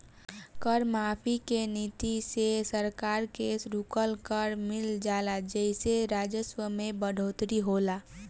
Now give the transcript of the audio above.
कर माफी के नीति से सरकार के रुकल कर मिल जाला जेइसे राजस्व में बढ़ोतरी होला